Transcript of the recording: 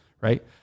right